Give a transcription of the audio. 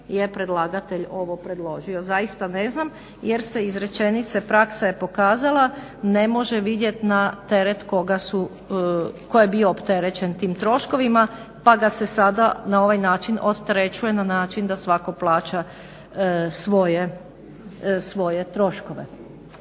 jer predlagatelj ovo predložio. Zaista ne znam jer se iz rečenice praksa je pokazala ne može vidjet na teret koga su, tko je bio opterećen tim troškovima pa ga se sada na ovaj način odterećuje na način da svatko plaća svoje troškove.